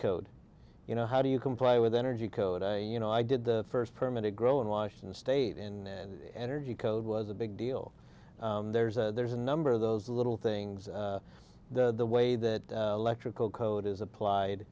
code you know how do you comply with energy code you know i did the first permanent grow in washington state in energy code was a big deal there's a there's a number of those little things the way that electrical code is applied